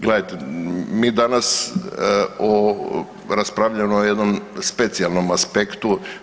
Gledajte mi danas raspravljamo o jednom specijalnom aspektu.